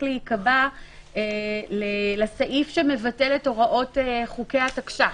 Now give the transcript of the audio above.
להיקבע לסעיף שמבטל את הוראות חוקי התקש"ח.